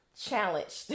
Challenged